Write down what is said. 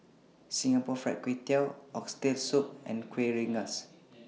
Singapore Fried Kway Tiao Oxtail Soup and Kuih Rengas